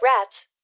Rats